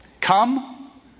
Come